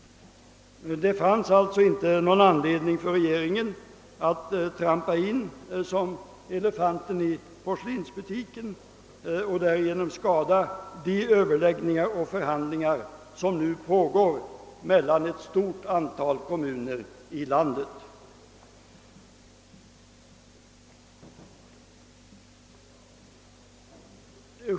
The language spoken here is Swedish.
Det fanns följaktligen inte någon anledning för regeringen att trampa in som elefanten i porslinsbutiken och därigenom skada de överläggningar och förhandlingar, som nu pågår mellan ett stort antal kommuner i landet.